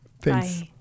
Thanks